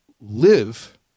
live